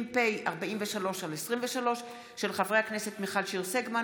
2020, פ/43/23, של חברי הכנסת מיכל שיר סגמן,